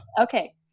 Okay